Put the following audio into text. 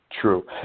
true